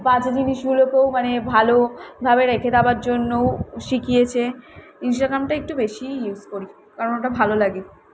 বাজে জিনিসগুলোকেও মানে ভালো ভাবে রেখে দেওয়ার জন্যও শিখিয়েছে ইনস্ট্রাগ্রামটা একটু বেশিই ইউস করি কারণ ওটা ভালো লাগে